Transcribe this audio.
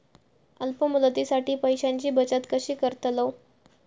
अल्प मुदतीसाठी पैशांची बचत कशी करतलव?